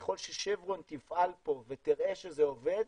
ככל ששברון תפעל פה ותראה שזה עובד,